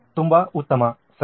ತುಂಬಾ ಉತ್ತಮ ಸರಿ